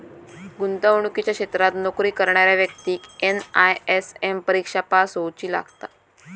गुंतवणुकीच्या क्षेत्रात नोकरी करणाऱ्या व्यक्तिक एन.आय.एस.एम परिक्षा पास होउची लागता